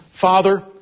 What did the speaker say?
Father